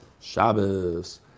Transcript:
Shabbos